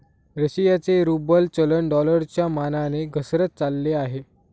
रशियाचे रूबल चलन डॉलरच्या मानाने घसरत चालले आहे